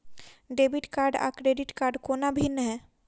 Debit card आ credit कोना भिन्न है?